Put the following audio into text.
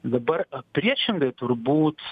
dabar priešingai turbūt